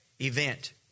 event